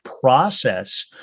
process